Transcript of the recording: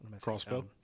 Crossbow